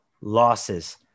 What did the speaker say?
losses